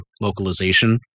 localization